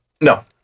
No